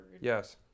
yes